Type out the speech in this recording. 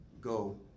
go